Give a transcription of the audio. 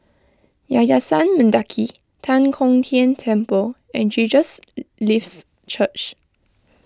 Yayasan Mendaki Tan Kong Tian Temple and Jesus Lives Church